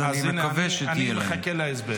אז אני מקווה שתהיה להם.